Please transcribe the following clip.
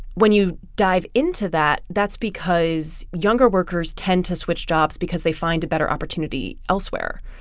when you dive into that, that's because younger workers tend to switch jobs because they find a better opportunity elsewhere.